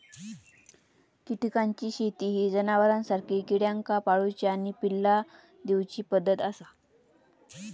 कीटकांची शेती ही जनावरांसारखी किड्यांका पाळूची आणि पिल्ला दिवची पद्धत आसा